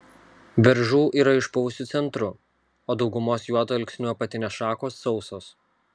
beržų yra išpuvusiu centru o daugumos juodalksnių apatinės šakos sausos